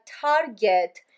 target